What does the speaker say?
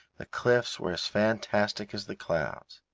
the cliffs were as fantastic as the clouds.